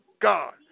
God